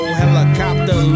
helicopter